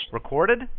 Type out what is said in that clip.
Recorded